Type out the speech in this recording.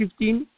2015